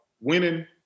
winning